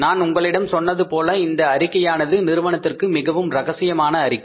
நான் உங்களிடம் சொன்னது போல இந்த அறிக்கையானது நிறுவனத்திற்கு மிகவும் ரகசியமான அறிக்கை